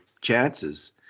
chances